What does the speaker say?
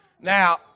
Now